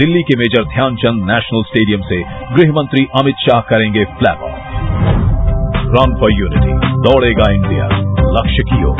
दिल्ली के major Dhyanchand national stadium से गृहमंत्री अमित शाह करेंगे फ्लैगऑफ रन फॉर यूनिटी दौड़ेगा इण्डिया लक्ष्य की ओर